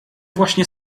właśnie